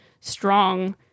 strong